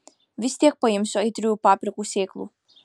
vis tiek paimsiu aitriųjų paprikų sėklų